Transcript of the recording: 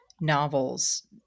novels